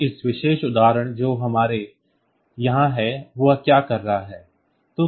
अब यह विशेष उदाहरण जो हमारे यहाँ है वह क्या कर रहा है